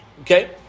Okay